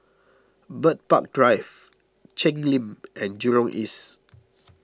Bird Park Drive Cheng Lim and Jurong East